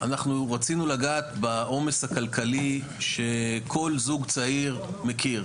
אנחנו רצינו לגעת בעומס הכלכלי שכל זוג צעיר מכיר,